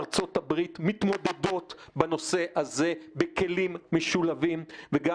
ארצות הברית מתמודדות בנושא הזה בכלים משולבים וגם